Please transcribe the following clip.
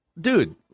dude